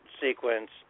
sequence